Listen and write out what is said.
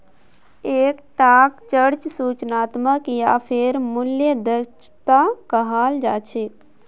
एक टाक चर्चा सूचनात्मक या फेर मूल्य दक्षता कहाल जा छे